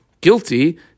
guilty